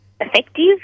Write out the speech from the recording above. effective